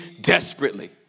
desperately